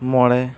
ᱢᱚᱬᱮ